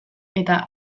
eta